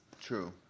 True